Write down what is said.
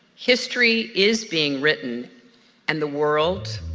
history is being written and the world,